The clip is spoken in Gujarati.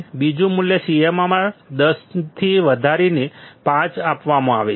બીજું મૂલ્ય CMRR 10 થી વધારીને 5 આપવામાં આવે છે